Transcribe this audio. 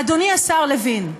אדוני השר לוין,